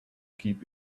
keep